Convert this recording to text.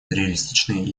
реалистичные